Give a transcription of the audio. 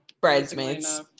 bridesmaids